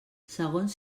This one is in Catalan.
segons